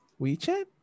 WeChat